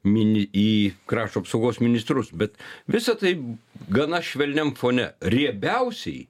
mini į krašto apsaugos ministrus bet visa tai gana švelniam fone riebiausiai